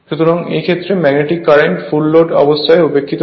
সুতরাং এই ক্ষেত্রে ম্যাগনেটিক কারেন্ট ফুল লোড অবস্থায়ও উপেক্ষিত থাকে